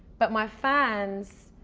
but my fans,